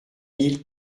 mille